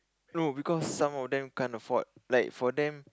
no because some of them can't afford like for them